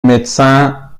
médecins